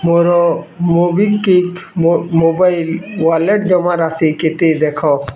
ମୋର MobiKwik mobile wallet ଜମା ରାଶି କେତେ ଦେଖ